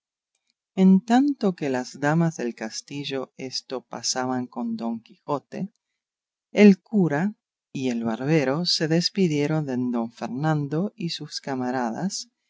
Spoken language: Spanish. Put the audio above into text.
en tanto que las damas del castillo esto pasaban con don quijote el cura y el barbero se despidieron de don fernando y sus camaradas